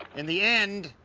in the end,